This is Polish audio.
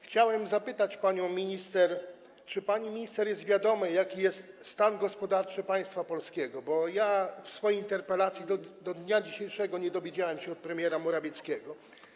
Chciałem zapytać panią minister, czy pani minister jest wiadome, jaki jest stan gospodarczy państwa polskiego, bo pytałem o to w swojej interpelacji i do dnia dzisiejszego nie dowiedziałem się tego od premiera Morawieckiego.